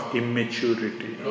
immaturity